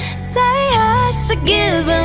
say should give